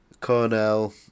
Cornell